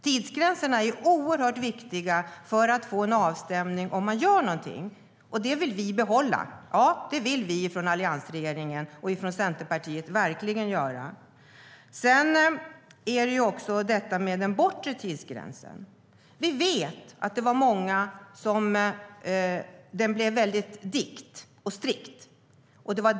Tidsgränserna är därför oerhört viktiga för att få en avstämning, och därför vill vi i Centerpartiet och Alliansen behålla dem. När det gäller den bortre tidsgränsen vet vi att den för många blev väldigt dikt och strikt.